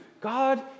God